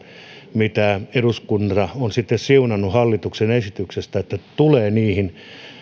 mitä eduskunta on siunannut hallituksen esityksestä että tulee niihin